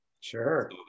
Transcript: Sure